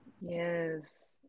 Yes